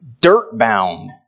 dirt-bound